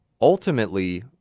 Ultimately